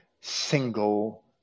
single